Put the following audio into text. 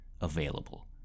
available